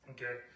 Okay